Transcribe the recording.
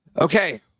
Okay